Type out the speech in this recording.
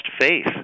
faith